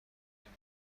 تنها